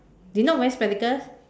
they not wearing spectacles